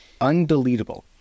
undeletable